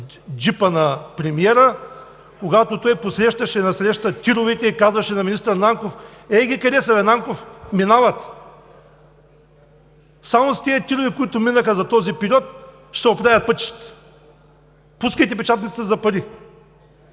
джипа на премиера, когато той посрещаше насреща ТИР-овете и казваше на министър Нанков: „Ей ги къде са, Нанков! Минават. Само с тировете, които минаха за този период, ще се оправят пътищата. Пускайте печатницата за пари!“